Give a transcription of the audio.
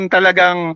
Talagang